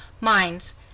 mines